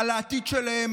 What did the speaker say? על העתיד שלה,